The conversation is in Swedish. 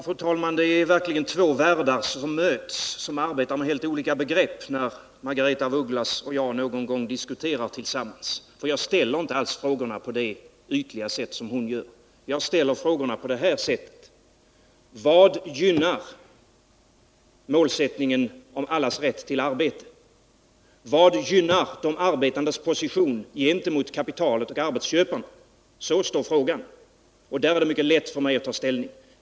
Fru talman! Det är verkligen två helt skilda världar som möts— världar som arbetar med helt olika begrepp — när Margaretha af Ugglas och jag någon gång diskuterar tillsammans. Jag ställer inte alls frågorna på det ytliga sätt som hon gör. Jag ställer frågorna på det här sättet: Vad gynnar målsättningen allas rätt till arbete? Vad gynnar de arbetandes position gentemot kapitalet och arbetsköparna? Så står frågorna. Och där är det mycket lätt för mig att ta ställning.